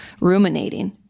ruminating